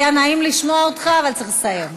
היה נעים לשמוע אותך, אבל צריך לסיים.